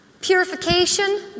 Purification